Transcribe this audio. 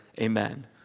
Amen